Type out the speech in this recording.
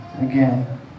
again